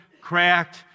cracked